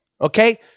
Okay